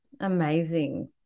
Amazing